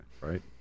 right